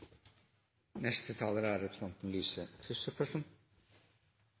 Neste taler er representanten